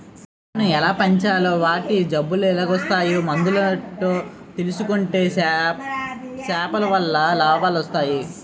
సేపలను ఎలాగ పెంచాలో వాటి జబ్బులెలాగోస్తాయో మందులేటో తెలుసుకుంటే సేపలవల్ల లాభాలొస్టయి